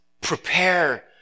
Prepare